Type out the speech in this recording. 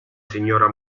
signora